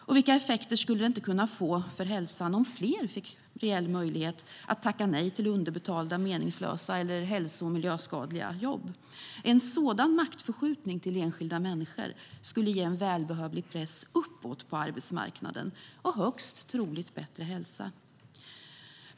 Och vilka effekter skulle det inte kunna få för hälsan om fler fick reell möjlighet att tacka nej till underbetalda, meningslösa eller hälso och miljöskadliga jobb? En sådan maktförskjutning till enskilda människor skulle ge en välbehövlig press uppåt på arbetsmarknaden och högst troligt en bättre hälsa.